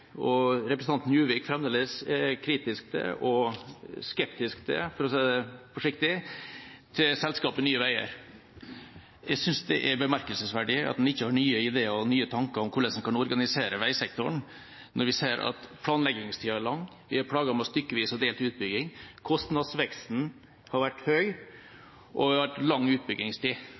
og representanten Juvik fremdeles er kritisk og skeptisk – for å si det forsiktig – til selskapet Nye Veier. Jeg synes det er bemerkelsesverdig at en ikke har nye ideer og nye tanker om hvordan en kan organisere veisektoren når vi ser at planleggingstida er lang, vi er plaget med stykkevis og delt utbygging, kostnadsveksten har vært høy, og det har vært lang utbyggingstid.